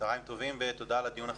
צוהריים טובים ותודה על הדיון החשוב.